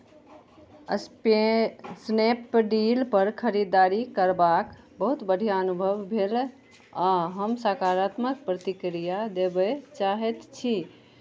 स्पे स्नैपडीलपर खरीदारी करबाक बहुत बढ़िआँ अनुभव भेल आ हम सकारात्मक प्रतिक्रिया देबय चाहैत छी